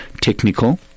technical